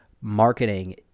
marketing